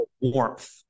warmth